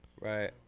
Right